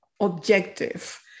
objective